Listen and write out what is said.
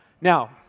Now